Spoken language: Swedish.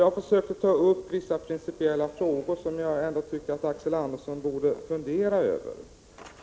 Jag har försökt ta upp vissa principiella frågor, som jag ändå tycker att Axel Andersson borde fundera över.